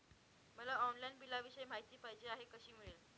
मला ऑनलाईन बिलाविषयी माहिती पाहिजे आहे, कशी मिळेल?